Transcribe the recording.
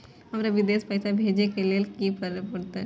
हमरा विदेश पैसा भेज के लेल की करे परते?